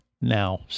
now